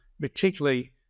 particularly